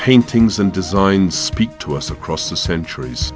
paintings and designs speak to us across the centuries